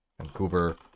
Vancouver